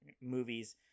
movies